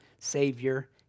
savior